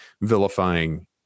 vilifying